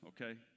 Okay